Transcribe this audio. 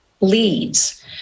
leads